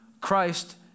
Christ